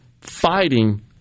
fighting